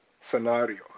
scenario